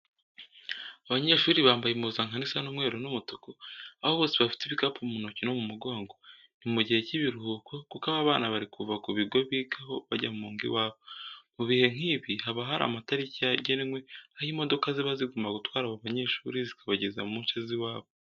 Abanyeshuri bambaye impuzankano isa umweru n'umutuku, aho bose bafite ibikapu mu ntoki no mu mugongo. Ni mu gihe cy'ibiruhuko kuko aba bana bari kuva ku bigo bigaho bajya mu ngo iwabo. Mu bihe nk'ibi haba hari amatariki yagenwe aho imodoka ziba zigomba gutwara abo banyeshuri zikabageza mu nce z'iwabo.